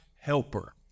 helper